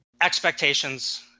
Expectations